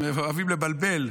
הם אוהבים לבלבל,